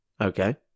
Okay